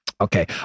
Okay